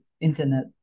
internet